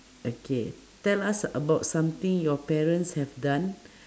okay tell us about something your parents have done